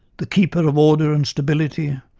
the keeper of order and stability,